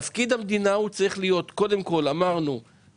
תפקיד המדינה צריך להיות, קודם כול להוריד